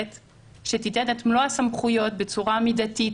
שתיתן את מלוא הסמכויות בצורה מידתית,